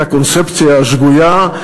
את הקונספציה השגויה,